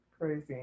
Crazy